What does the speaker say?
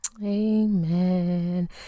Amen